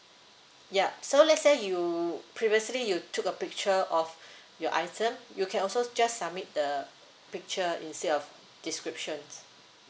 yup so let's say you previously you took a picture of your item you can also just submit the picture instead of descriptions